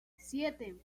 siete